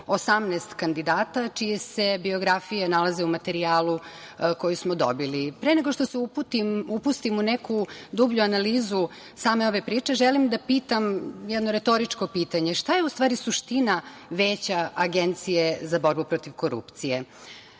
18 kandidata čije se biografije nalaze u materijalu koji smo dobili. Pre nego što se upustim u neku dublju analizu same ove priče, želim da pričam jedno retoričko pitanje – šta je, u stvari, suština Veća Agencije za borbu protiv korupcije? Naime,